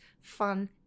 fun